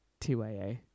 TYA